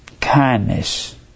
Kindness